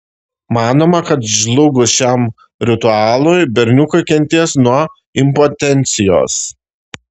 manoma kad žlugus šiam ritualui berniukai kentės nuo impotencijos